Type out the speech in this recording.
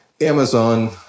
Amazon